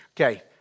Okay